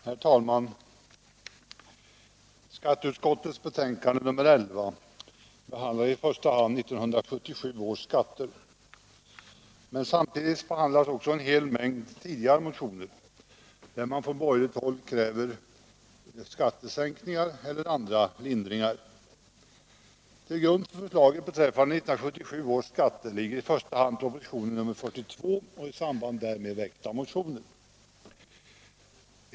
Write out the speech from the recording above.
Herr talman! Skatteutskottets betänkande nr 11 behandlar i första hand 1977 års skatter, men samtidigt också en hel mängd tidigare motioner, där man från borgerligt håll kräver skattesänkningar eller andra ändringar. Till grund för förslaget beträffande 1977 års skatter ligger i första hand propositionen nr 42 och i samband därmed väckta motioner.